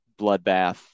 bloodbath